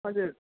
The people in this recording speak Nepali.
हजुर